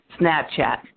snapchat